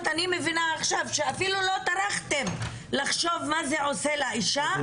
אפילו לא טרחתם לחשוב מה זה עושה לאישה,